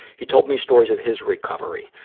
he told me stories of his recovery,